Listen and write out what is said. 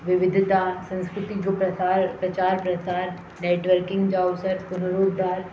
विविधता संस्कृति जो प्रसार प्रचार प्रसार नेटवर्किंग जा अवसर पुर रोज़गार